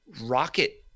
rocket